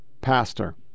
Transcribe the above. pastor